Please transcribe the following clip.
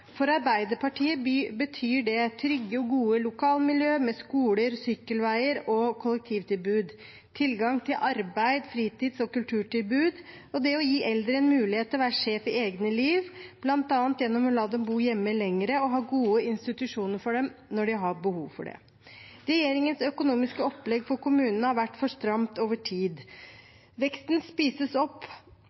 For Arbeiderpartiet betyr det trygge og gode lokalmiljø med skoler, sykkelveier og kollektivtilbud, tilgang til arbeid, fritids- og kulturtilbud og det å gi eldre en mulighet til å være sjef i eget liv, bl.a. gjennom å la dem bo hjemme lenger og ha gode institusjoner for dem når de har behov for det. Regjeringens økonomiske opplegg for kommunene har vært for stramt over tid. Veksten spises opp